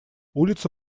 улица